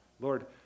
Lord